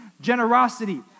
generosity